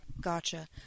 Gotcha